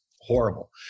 horrible